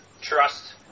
trust